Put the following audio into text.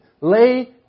Lay